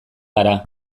gara